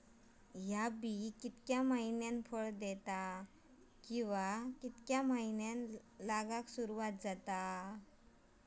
हया बिया कितक्या मैन्यानी फळ दिता कीवा की मैन्यानी लागाक सर्वात जाता?